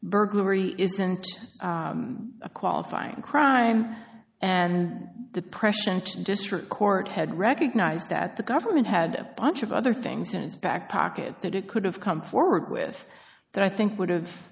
burglary isn't a qualifying crime and the pression district court had recognized that the government had a bunch of other things since back packet that it could have come forward with that i think would have